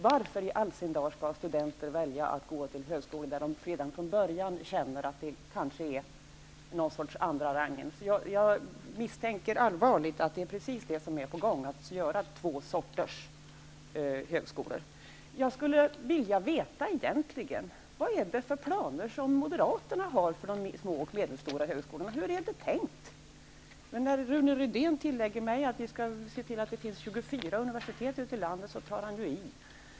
Varför i all sin dag skall studenter välja att studera vid högskolor, som de redan från början känner kanske är någon sorts andra rangens högskolor. Jag misstänker allvarligt att det är precis det som är på gång, nämligen att göra två sorters högskolor. Jag skulle vilja veta vilka planer Moderaterna har för de små och medelstora högskolorna? Hur är det tänkt? När Rune Rydén tillägger att man skall se till att det finns 24 universitet ute i landet så tar han i.